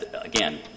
again